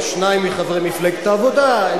גם שניים מחברי מפלגת העבודה.